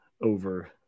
over